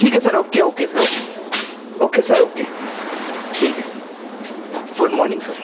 ٹھیک ہے sir okay okay sir okay okay sir okay ٹھیک ہے good morning سر